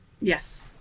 Yes